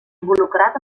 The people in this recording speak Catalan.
involucrat